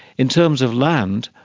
in terms of land,